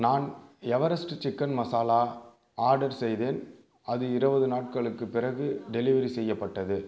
நான் Everest chicken masala order செய்தேன் அது இருபது நாட்களுக்குப் பிறகு டெலிவரி செய்யப்பட்டது